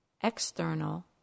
external